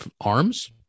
arms